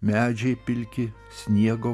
medžiai pilki sniego